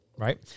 Right